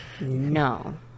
No